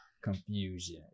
confusion